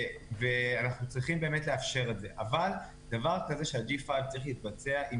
אנחנו צריכים באמת לאפשר את זה אבל דבר כזה של ה-5G צריך להתבצע עם